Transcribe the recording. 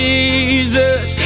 Jesus